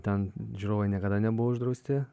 ten žiūrovai niekada nebuvo uždrausti